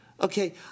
Okay